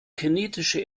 kinetische